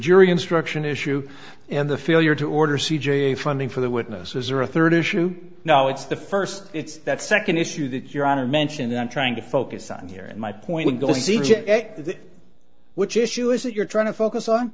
jury instruction issue and the failure to order c g a funding for the witnesses are a third issue now it's the first it's that second issue that you're on to mention that i'm trying to focus on here and my point goes egypt which issue is that you're trying to focus on